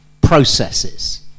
processes